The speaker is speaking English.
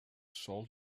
salt